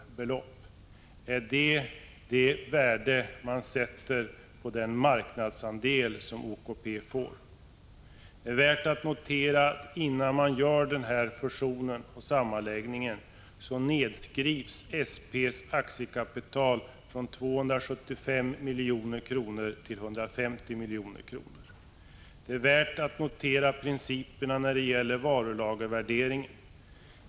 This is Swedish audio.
Är det värdet på den marknadsandel som OKP får? Det är också värt att notera att SP:s aktiekapital nedskrivs från 275 milj.kr. till 150 milj.kr. innan man genomför fusionen. Vidare är det värt att notera vilka principer som används vid varulagervärderingen.